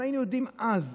אם היינו יודעים אז,